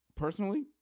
personally